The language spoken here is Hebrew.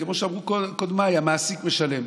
כמו שאמרו קודמיי, המעסיק משלם.